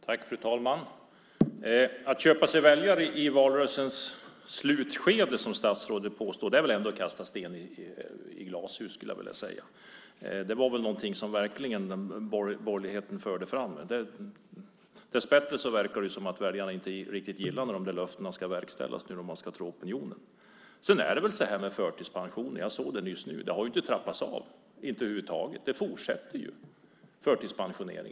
Fru talman! Statsrådets tal om att köpa sig väljare i valrörelsens slutskede skulle jag vilja säga är att kasta sten i glashus. Det var ju något som borgerligheten verkligen förde fram. Dessbättre verkar det, om man ska tro opinionsmätningarna, som om väljarna inte riktigt gillar löftena nu när de ska verkställas. Vad gäller förtidspensioneringarna såg jag nyss uppgifter om att de inte trappats av över huvud taget. Antalet förtidspensionerade fortsätter att öka.